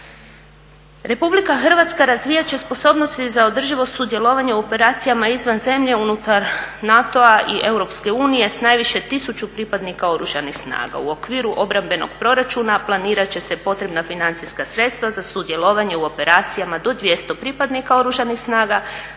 Republika Hrvatska razvijat će sposobnosti za održivost sudjelovanja u operacijama izvan zemlje unutar NATO-a i Europske unije s najviše 1000 pripadnika Oružanih snaga. U okviru obrambenog proračuna planirati će se potrebna financijska sredstva za sudjelovanje u operacijama do 200 pripadnika Oružanih snaga